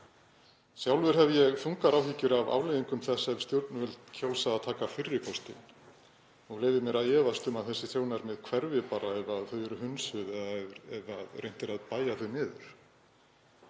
Sjálfur hef ég þungar áhyggjur af afleiðingum þess ef stjórnvöld kjósa að taka fyrri kostinn og leyfi mér að efast um að þessi sjónarmið hverfi bara ef þau eru hunsuð eða ef reynt er að bæla þau niður.